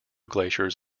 glaciers